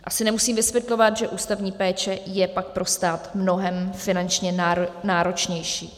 Asi nemusím vysvětlovat, že ústavní péče je pak pro stát mnohem finančně náročnější.